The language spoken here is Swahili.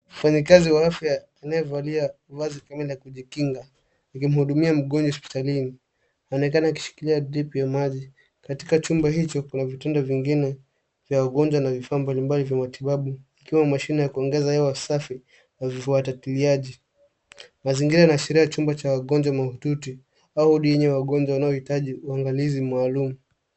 Mfanyakazi wa afya anayevali vazi kamili la kujikinga akimhudumia mgonjwa hospitalini. Anaonekana akishikilia dripu ya maji. Katika chumba hicho kuna vitanda vingine vya wagonjwa na vifaa mbalimbali vya matibabu ikiwa mashine ya kuongeza hewa safi na vifuatatiliaji. Mazingira yanaashiria chumba cha wagongwa mahututi au wodi yenye wagonjwa wanaohutaji uangalizi maalum.